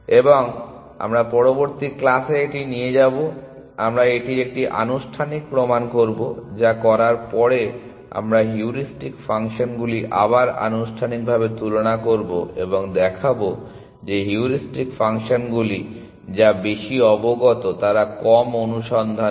এবং আমরা পরবর্তী ক্লাসে এটি নিয়ে যাব আমরা এটির একটি আনুষ্ঠানিক প্রমাণ করব যা করার পরে আমরা হিউরিস্টিক ফাংশনগুলি আবার আনুষ্ঠানিকভাবে তুলনা করব এবং দেখাব যে হিউরিস্টিক ফাংশনগুলি যা বেশি অবগত তারা কম অনুসন্ধান করে